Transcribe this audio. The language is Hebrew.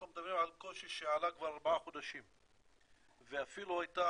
אנחנו מדברים על קושי שעלה כבר לפני ארבעה חודשים ואפילו הייתה